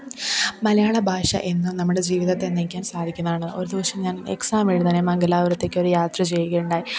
മലയാള ഭാഷ എന്നും നമ്മുടെ ജീവിതത്തെ നയിക്കാൻ സാധിക്കുന്നതാണ് ഒരു ദിവസം ഞാൻ എക്സാമെഴുതാനായി മങ്കലാപുരത്തേക്ക് ഒരു യാത്ര ചെയ്യുകയുണ്ടായി